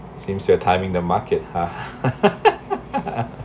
seems you’re timing the market